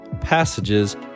passages